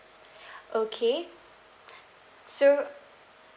okay so